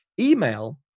email